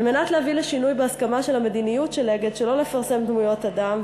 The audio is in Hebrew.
על מנת להביא לשינוי בהסכמה של המדיניות של "אגד" שלא לפרסם דמויות אדם,